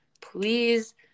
please